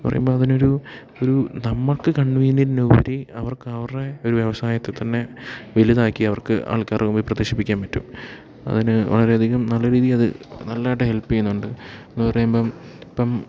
പറയുമ്പോള് അതിനൊരു ഒരു നമുക്ക് കൺവീനിയൻറ്റിനുപരി അവർക്ക് അവരുടെ ഒരു വ്യവസായത്തെ തന്നെ വലുതാക്കി അവർക്ക് ആൾക്കാരുടെ മുമ്പിൽ പ്രദർശിപ്പിക്കാൻ പറ്റും അതിന് വളരെയധികം നല്ല രീതിയില് അത് നല്ലതായിട്ട് ഹെൽപ്പ് ചെയ്യുന്നുണ്ട് എന്ന് പറയുമ്പോള് ഇപ്പം